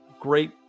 Great